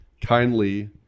kindly